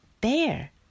Bear